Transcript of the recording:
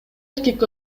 эркек